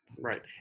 Right